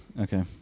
Okay